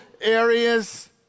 areas